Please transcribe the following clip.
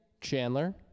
Chandler